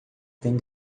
tem